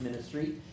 ministry